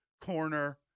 corner